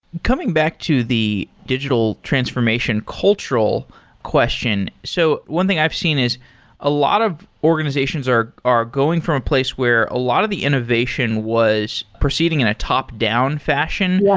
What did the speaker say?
coming back to the digital transformation cultural question. so one thing i've seen is a lot of organizations are are going from a place where a lot of the innovation was proceeding in a top-down fashion, yeah